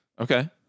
Okay